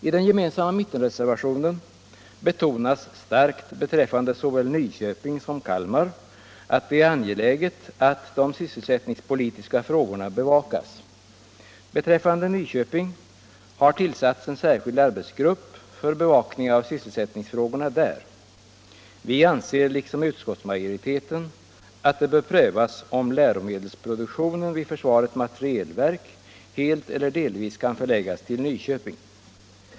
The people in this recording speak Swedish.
I den gemensamma mittenreservationen betonas starkt beträffande såväl Nyköping som Kalmar att det är angeläget, att de sysselsättningspolitiska frågorna bevakas. Vad beträffar Nyköping har tillsatts en särskild arbetsgrupp för bevakning av sysselsättningsfrågorna där. Vi anser liksom utskottsmajoriteten att det bör prövas om läromedelsproduktionen vid försvarets materielverk helt eller delvis kan förläggas till Nyköping.